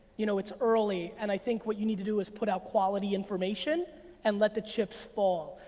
you know it's early, and i think what you need to do is put out quality information and let the chips fall.